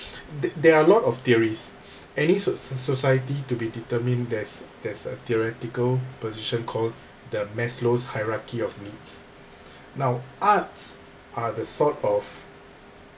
there are a lot of theories any so~ so~ society to be determined there's there's a theoretical position called the maslow's hierarchy of needs now arts are the sort of